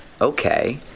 okay